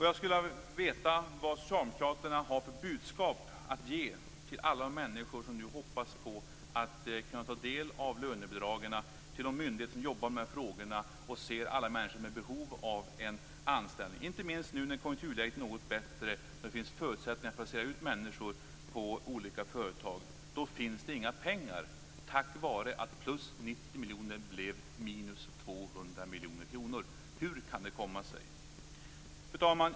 Jag skulle vilja veta vad socialdemokraterna har för budskap att ge till alla de människor som nu hoppas på att kunna ta del av lönebidragen, till de myndigheter som jobbar med frågorna och ser alla människor med behov av en anställning, inte minst nu när konjunkturläget är något bättre och det finns förutsättningar att placera ut människor på olika företag. Då finns det inga pengar på grund av att plus 90 miljoner blev minus 200 miljoner kronor. Hur kan det komma sig? Fru talman!